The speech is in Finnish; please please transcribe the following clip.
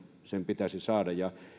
sen pitäisi saada